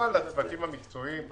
כמובן לצוותים המקצועיים.